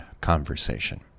Conversation